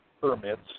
permits